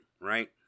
right